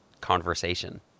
conversation